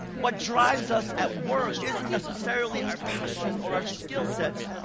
what drives us at work isn't necessarily our passion or our skill sets,